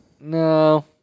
No